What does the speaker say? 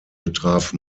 betraf